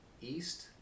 east